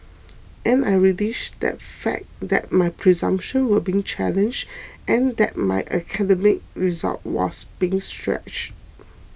and I relished that fact that my presumptions were being challenged and that my academic result was being stretched